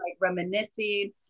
reminiscing